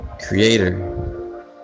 creator